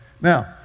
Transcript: now